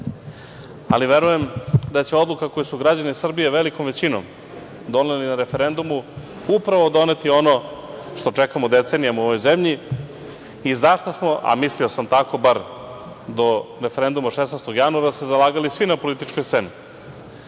ali verujem da će odluka koju su građani Srbije velikom većinom doneli na referendumu upravo doneti ono što čekamo decenijama u ovoj zemlji i za šta smo, a mislio sam tako bar do referenduma do 16. januara, se zalagali svi na političkoj sceni.